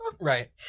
Right